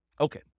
Okay